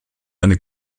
eine